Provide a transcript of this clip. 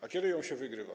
A kiedy ją się wygrywa?